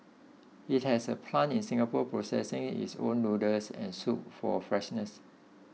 it has a plant in Singapore processing its own noodles and soup for freshness